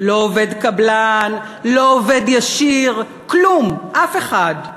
לא עובד קבלן, לא עובד ישיר, כלום, אף אחד.